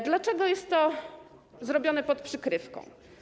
Dlaczego jest to zrobione pod przykrywką?